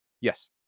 Yes